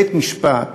בית-משפט